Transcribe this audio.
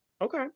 Okay